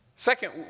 Second